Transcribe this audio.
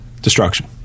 destruction